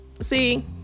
see